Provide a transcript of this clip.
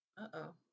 Uh-oh